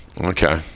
okay